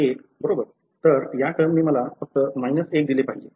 1 बरोबर तर या टर्मने मला फक्त 1 दिले पाहिजे